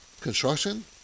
construction